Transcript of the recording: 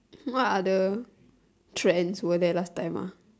what other trends were there last time ah